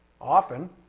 often